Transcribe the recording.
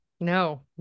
No